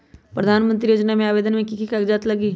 प्रधानमंत्री योजना में आवेदन मे की की कागज़ात लगी?